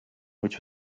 which